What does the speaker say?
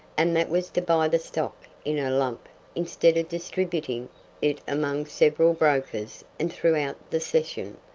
and that was to buy the stock in a lump instead of distributing it among several brokers and throughout the session.